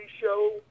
show